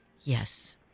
Yes